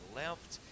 left